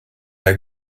der